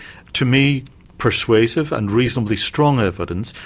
to me persuasive, and reasonably strong evidence,